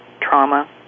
trauma